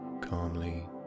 calmly